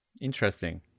Interesting